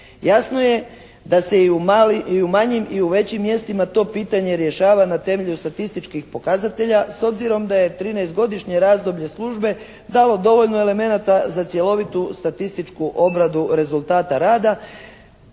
Jasno je da se i u manjim i u većim mjestima to pitanje rješava na temelju statističkih pokazatelja s obzirom da je 13-godišnje razdoblje službe dalo dovoljno elemenata za cjelovitu statističku obradu rezultata rada